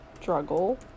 struggle